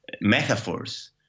metaphors